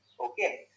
okay